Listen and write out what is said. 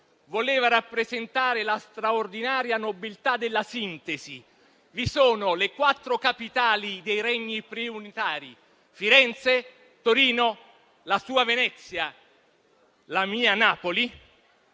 voleva rappresentare la straordinaria nobiltà della sintesi. Vi sono le quattro capitali dei regni pre-unitari (Firenze, Torino, la sua Venezia e la mia Napoli),